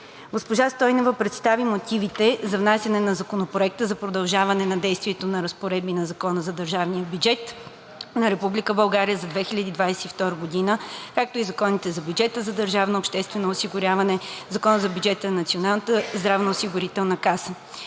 Госпожа Стойнева представи мотивите за внасяне на Законопроекта за продължаване действието на разпоредби на Закона за държавния бюджет на Република България за 2022 г., както и Закона за бюджета на държавното обществено осигуряване за 2022 г. и Закона за бюджета на Националната здравноосигурителна каса